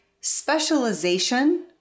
specialization